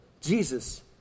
Jesus